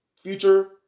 future